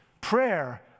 prayer